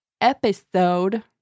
episode